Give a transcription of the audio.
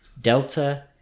Delta